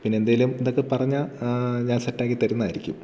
പിന്നെ എന്തെങ്കിലും ഇതൊക്കെ പറഞ്ഞാൽ ഞാൻ സെറ്റ് ആക്കി തരുന്നതായിരിക്കും